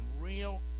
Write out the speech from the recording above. real